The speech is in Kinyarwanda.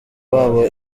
babo